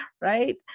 right